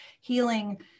healing